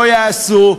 לא יעשו,